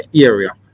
area